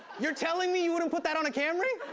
you're telling me you wouldn't put that on a camry?